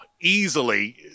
easily